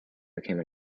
became